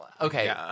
Okay